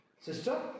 sister